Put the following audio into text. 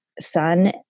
son